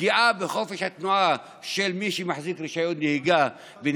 פגיעה בחופש התנועה של מי שמחזיק רישיון נהיגה והוא